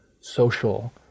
social